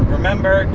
Remember